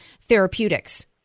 therapeutics